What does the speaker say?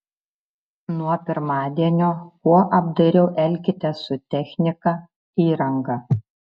nuo pirmadienio kuo apdairiau elkitės su technika įranga